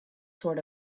sort